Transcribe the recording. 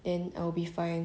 then I'll be fine